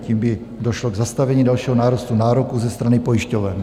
Tím by došlo k zastavení dalšího nárůstu nároků ze strany pojišťoven.